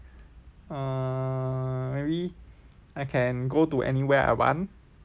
err maybe I can go to anywhere I want